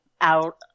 out